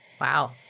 Wow